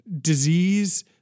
disease